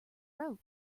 wrote